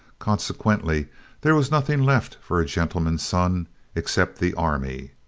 consequently there was nothing left for a gentleman's son except the army!